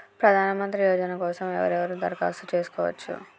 ప్రధానమంత్రి యోజన కోసం ఎవరెవరు దరఖాస్తు చేసుకోవచ్చు?